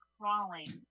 crawling